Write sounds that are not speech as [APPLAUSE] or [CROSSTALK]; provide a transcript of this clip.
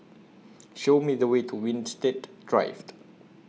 Show Me The Way to Winstedt Drive [NOISE]